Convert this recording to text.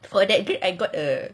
for that grade I got a